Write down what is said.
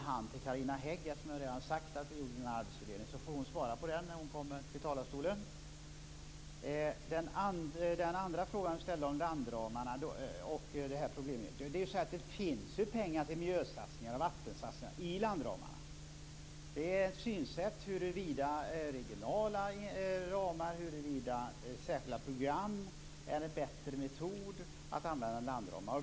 Fru talman! Den sista frågan lämnar jag med varm hand till Carina Hägg. Eftersom jag redan har sagt att vi gjort den arbetsfördelningen, så får hon svara på den när hon kommer till talarstolen. Så till frågan om landramarna. Det finns pengar till miljösatsningar och vattensatsningar i landramarna. Det är fråga om synsätt huruvida regionala ramar eller särskilda program är en bättre metod än landramar.